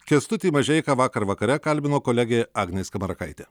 kęstutį mažeiką vakar vakare kalbino kolegė agnė skamarakaitė